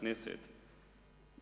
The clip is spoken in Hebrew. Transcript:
בכנסת,